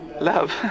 love